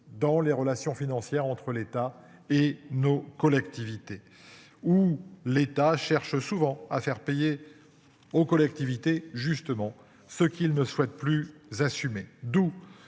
dans les relations financières entre l'État et nos collectivités ou l'État cherche souvent à faire payer. Aux collectivités justement ce qu'il ne souhaite plus assumer.